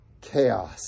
chaos